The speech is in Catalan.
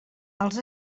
els